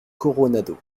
coronado